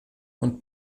und